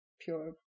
pure